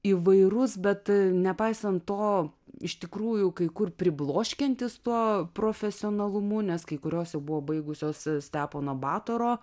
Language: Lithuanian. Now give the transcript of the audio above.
įvairus bet nepaisant to iš tikrųjų kai kur pribloškiantis tuo profesionalumu nes kai kurios jau buvo baigusios stepono batoro